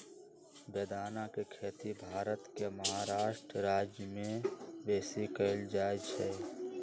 बेदाना के खेती भारत के महाराष्ट्र राज्यमें बेशी कएल जाइ छइ